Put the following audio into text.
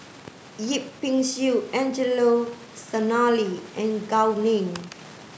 Yip Pin Xiu Angelo Sanelli and Gao Ning